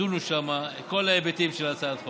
ידונו שם בכל ההיבטים של הצעת החוק,